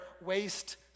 waste